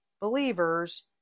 believers